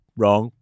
wrong